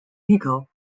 legal